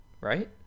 right